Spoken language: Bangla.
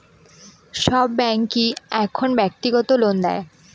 সব ব্যাঙ্কই এখন ব্যক্তিগত লোন দেয়